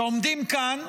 שעומדים כאן,